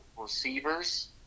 receivers